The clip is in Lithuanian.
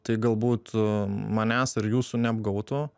tai galbūt manęs ar jūsų neapgautų